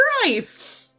Christ